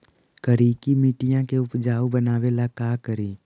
करिकी मिट्टियां के उपजाऊ बनावे ला का करी?